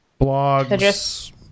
Blogs